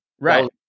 right